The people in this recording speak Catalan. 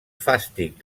fàstic